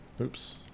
Oops